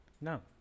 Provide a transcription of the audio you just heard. No